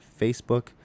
Facebook